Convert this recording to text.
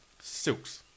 Silks